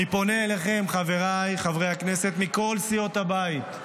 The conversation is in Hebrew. אני פונה אליכם, חבריי חברי הכנסת מכל סיעות הבית,